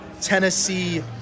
Tennessee